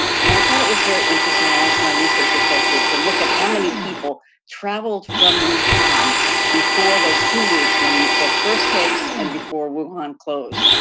and i thought it was very interesting. i asked my research associates to look at how many people traveled from wuhan before those two weeks when the the first case and before wuhan closed.